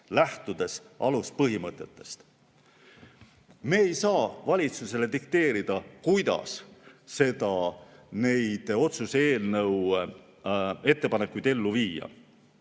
lähtudes aluspõhimõtetest. Me ei saa valitsusele dikteerida, kuidas neid otsuse eelnõu ettepanekuid ellu viia.